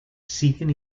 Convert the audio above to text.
siguen